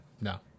No